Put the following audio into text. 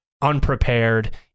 Unprepared